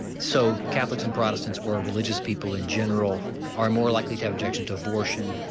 so catholics and protestants or religious people in general are more likely to have objection to abortion,